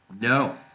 no